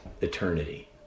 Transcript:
eternity